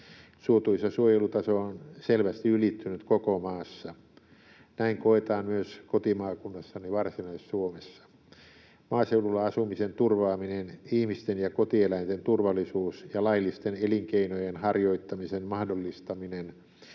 Suotuisa suojelutaso on selvästi ylittynyt koko maassa. Näin koetaan myös kotimaakunnassani Varsinais-Suomessa. Maaseudulla asumisen turvaaminen, ihmisten ja kotieläinten turvallisuus ja laillisten elinkeinojen harjoittamisen mahdollistaminen